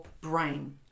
brain